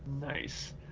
Nice